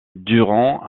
durant